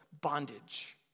bondage